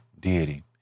deity